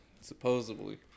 Supposedly